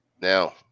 Now